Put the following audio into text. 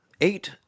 eight